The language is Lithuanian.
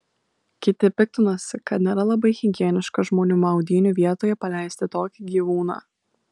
kiti piktinosi kad nėra labai higieniška žmonių maudynių vietoje paleisti tokį gyvūną